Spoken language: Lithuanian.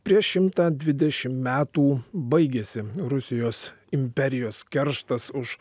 prieš šimtą dvidešim metų baigėsi rusijos imperijos kerštas už